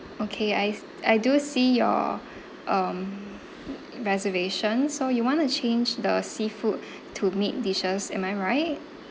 okay I I do see your um reservation so you want to change the seafood to meat dishes am I right